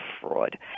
fraud